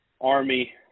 Army